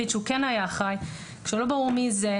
שהוא כן היה אחראי כשלא ברור מי זה.